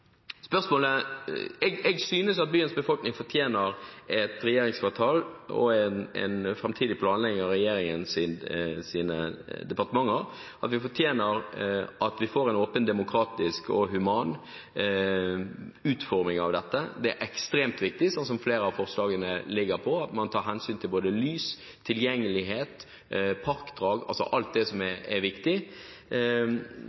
Jeg syns at byens befolkning fortjener et regjeringskvartal – en framtidig planlegging av regjeringens departementer – med en åpen, demokratisk og human utforming. Det er ekstremt viktig, slik som flere av forslagene legger opp til, at man tar hensyn til både lys, tilgjengelighet, parkdrag – alt det som er viktig